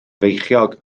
feichiog